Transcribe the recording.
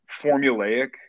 formulaic